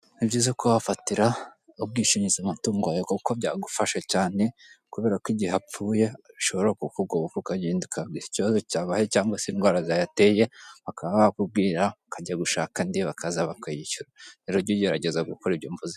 Nibyiza kubafatira ubwishingizi amatungo yawe kuko byagufasha cyane kubera ko igihe apfuye ushobora kuvuga ikibazo cyabaye cyangwa se indwara zayateye bakaba bakubwira ukajya gushaka andi bakaza bakayishyura rero ujye ugerageza gukora ibyo mvuze.